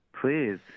Please